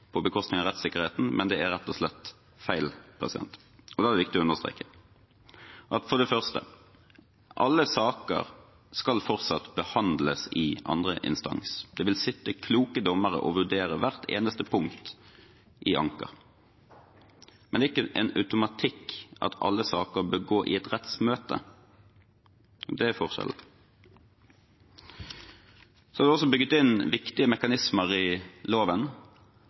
på bekostning av rettssikkerheten, men det er rett og slett feil. Det er det viktig å understreke. Alle saker skal fortsatt behandles i andre instans. Det vil sitte kloke dommere og vurdere hvert eneste punkt i anken. Men det er ikke en automatikk i at alle saker bør gå i et rettsmøte. Det er forskjellen. Det er også bygget inn viktige mekanismer i loven